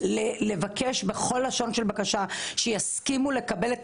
ולבקש בכל לשון של בקשה שיסכימו לקבל את